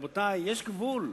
רבותי, יש גבול.